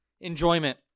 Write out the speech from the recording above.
Enjoyment